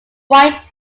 white